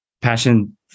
passion